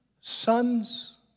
Sons